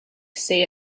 say